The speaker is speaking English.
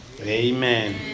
amen